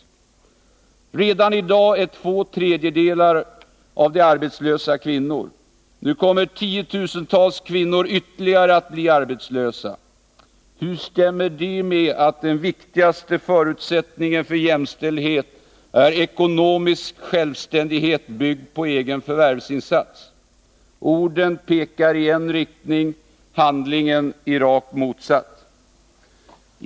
Redan i dag är två tredjedelar av de arbetslösa kvinnor. Nu kommer tiotusentals kvinnor ytterligare att bli arbetslösa. Hur stämmer det med att den viktigaste förutsättningen för jämställdhet är ekonomisk självständighet, byggd på egen förvärvsinsats? Orden pekar i en riktning — handlingen i rakt motsatt.